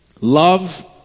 Love